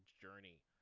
journey